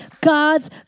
God's